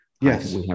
Yes